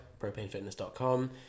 propanefitness.com